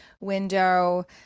window